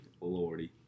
Lordy